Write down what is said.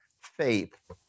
faith